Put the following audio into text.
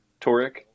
toric